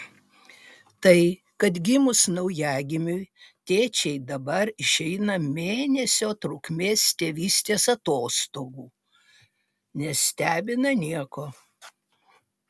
tai kad gimus naujagimiui tėčiai dabar išeina mėnesio trukmės tėvystės atostogų nestebina nieko